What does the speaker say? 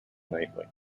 nightly